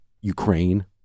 Ukraine